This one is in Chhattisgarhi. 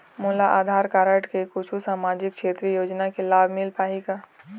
मोला आधार कारड से कुछू सामाजिक क्षेत्रीय योजना के लाभ मिल पाही का?